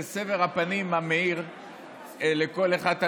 לסבר הפנים המאיר לכל אחד,